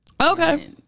okay